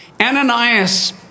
Ananias